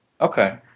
okay